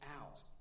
out